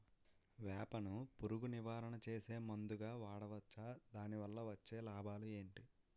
వేప ను పురుగు నివారణ చేసే మందుగా వాడవచ్చా? దాని వల్ల వచ్చే లాభాలు ఏంటి?